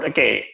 Okay